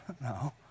No